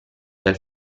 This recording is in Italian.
del